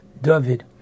David